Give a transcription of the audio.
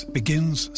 begins